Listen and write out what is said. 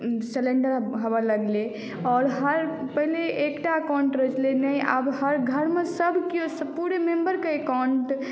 cylinder हेबय लगलै आओर हर पहिने एकटा अकाउंट रहैत छलै ने आब हर घरमे सभकिओ पूरे मेम्बरके अकाउंट